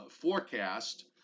forecast